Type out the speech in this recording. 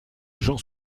j’en